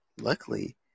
Luckily